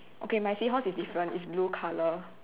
okay my seahorse is different it's blue colour